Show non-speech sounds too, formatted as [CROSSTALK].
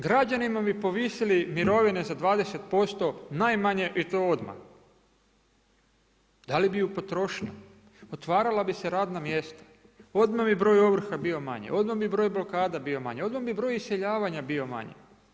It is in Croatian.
Građanima bi povisili mirovine za 20% najmanje i to odmah. … [UNINTELLIGIBLE] potrošnja, otvarala bi se radna mjesta, odmah bi broj ovrha bio manji, odmah bi broj blokada bio manji, odmah bi broj iseljavanja bio manji.